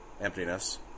emptiness